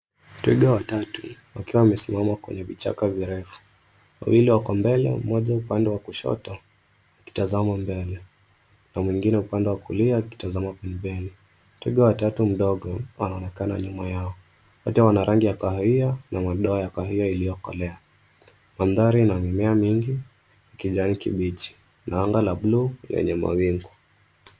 Twiga watatu wakiwa wamesimama kwenye vichaka virefu. Wawili wako mbele mmoja upande wa kushoto akitazama mbele na mwengine upande wa kulia akitazama pembeni. Twiga wa tatu mdogo anaonekana nyuma yao. Wote wana rangi ya kahawia na madoa ya kahawia iliyokolea. Mandhari na mimea mingi ya kijani kibichi na anga la buluu lenye mawingu.